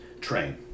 train